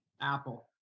Apple